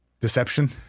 deception